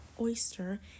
oyster